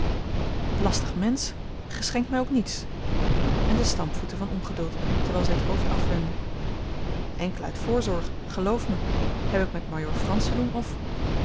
lastig mensch gij schenkt mij ook niets en zij stampvoette van ongeduld terwijl zij het hoofd afwendde enkel uit voorzorg geloof mij heb ik met majoor frans te doen of